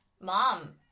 mom